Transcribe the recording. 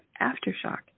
aftershock